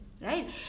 right